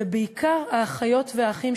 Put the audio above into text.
ובעיקר האחיות והאחים,